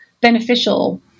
beneficial